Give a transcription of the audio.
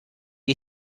you